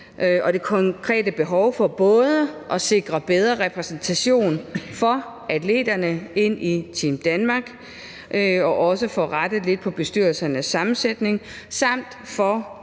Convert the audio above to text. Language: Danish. og det konkrete behov for både at sikre bedre repræsentation for atleterne i Team Danmark og også at få rettet lidt på bestyrelsernes sammensætning samt for